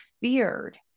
feared